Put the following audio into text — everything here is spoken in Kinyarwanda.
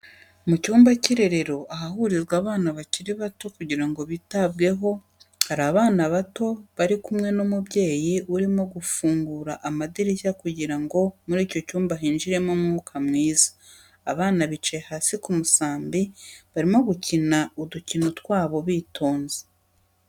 Mu cyumba cy'irerero ahahurizwa abana bakiri bato kugira ngo bitabweho, hari abana bato bari kumwe n'umubyeyi urimo gufungura amadirishya kugira ngo muri icyo cyumba hinjiremo umwuka mwiza, abana bicaye hasi ku musambi barimo gukina udukino twabo bitonze.